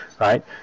right